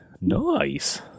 Nice